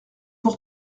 pour